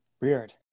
Weird